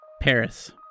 Paris